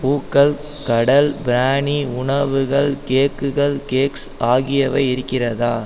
பூக்கள் கடல் பிராணி உணவுகள் கேக்குகள் கேக்ஸ் ஆகியவை இருக்கிறதா